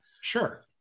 Sure